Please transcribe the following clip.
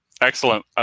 Excellent